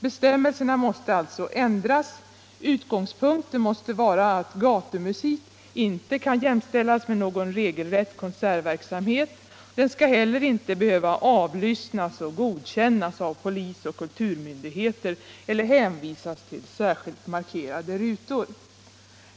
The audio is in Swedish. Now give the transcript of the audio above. Bestämmelserna måste alltså ändras. Utgångspunkten måste vara att gatumusik inte kan jämställas med någon regelrätt konsertverksamhet. Den skall heller inte behöva avlyssnas och godkännas av polis och kulturmyndigheter eller hänvisas till särskilt markerade rutor.